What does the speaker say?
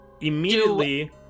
immediately